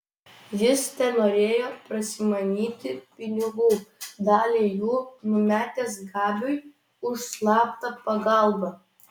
jis tenorėjo prasimanyti pinigų dalį jų numetęs gabiui už slaptą pagalbą